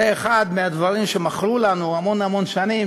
זה אחד מהדברים שמכרו לנו המון המון שנים,